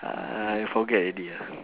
I forget already ah